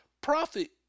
Profit